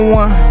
one